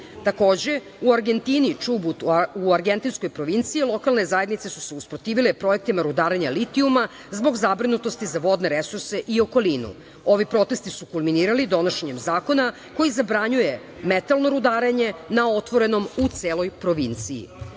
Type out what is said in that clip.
u Argentini, Čubut, u argentinskoj provinciji, lokalne zajednice su se usprotivile projektima rudarenja litijuma zbog zabrinutosti za vodne resurse i okolinu. Ovi protesti su kulminirali donošenjem zakona koji zabranjuje metalno rudarenje na otvorenom u celoj provinciji. Kajamarka,